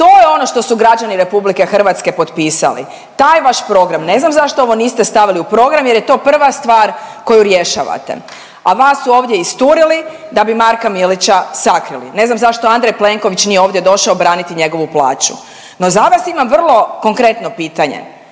To je ono što su građani RH potpisali, taj vaš program. Ne znam zašto ovo niste stavili u program jer je to prva stvar koju rješavate, a vas su ovdje isturili da bi Marka Milića sakrili. Ne znam zašto Andrej Plenković nije ovdje došao braniti njegovu plaću. No za vas imam vrlo konkretno pitanje,